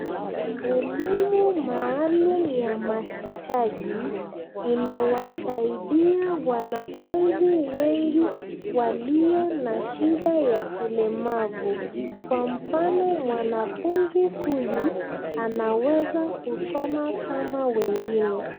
Elimu maalum ya mahitaji, imewasaidia wanafunzi wengi walio na shida ya ulemavu. Kwa mfano mwanafunzi huyu, anaweza kusoma kama wengine.